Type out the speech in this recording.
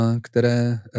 které